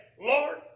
Lord